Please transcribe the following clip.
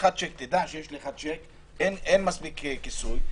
תדע שיש לך שיק ואין מספיק כסוי.